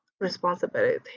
responsibility